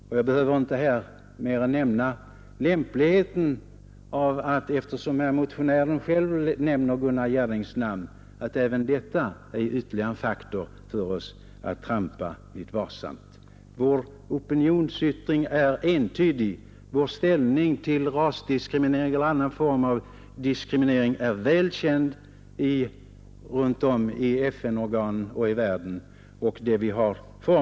Motionären själv Nr 57 nämner Gunnar Jarrings namn — här har vi ytterligare en faktor som gör Torsdagen den det angeläget för oss att gå varsamt fram. 13 april 1972 Vår opinionsyttring är entydig och vår inställning till rasdiskriminering. —==— eller annan form av diskriminering är väl känd i FN-organen och runt om Antisemitiska inslag i Syriens politik i världen.